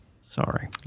Sorry